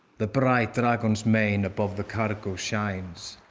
the bright dragon's mane above the cargo shines,